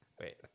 wait